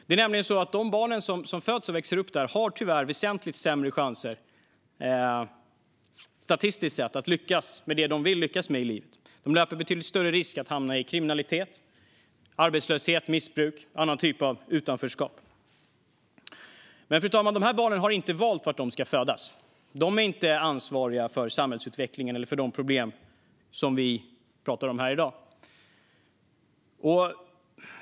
Det är nämligen så att de barn som föds och växer upp där tyvärr har väsentligt sämre chanser statistiskt sett att lyckas med det som de vill lyckas med i livet. De löper även betydligt större risk att hamna i kriminalitet, arbetslöshet, missbruk och andra typer av utanförskap. Fru talman! De här barnen har inte valt var de ska födas. De är inte ansvariga för samhällsutvecklingen eller för de problem som vi pratar om här i dag.